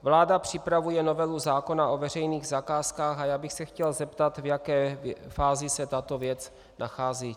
Vláda připravuje novelu zákona o veřejných zakázkách a já bych se chtěl zeptat, v jaké fázi se tato věc nachází.